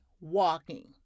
walking